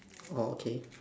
orh okay